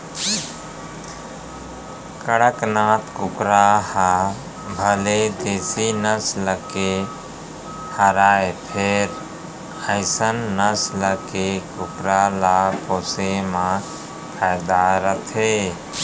कड़कनाथ कुकरा ह भले देसी नसल के हरय फेर अइसन नसल के कुकरा ल पोसे म फायदा रथे